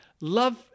love